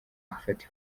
gufata